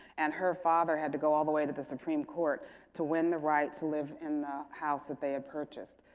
and her father had to go all the way to the supreme court to win the right to live in the house that they had purchased.